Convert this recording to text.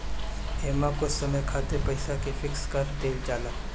एमे कुछ समय खातिर पईसा के फिक्स कर देहल जाला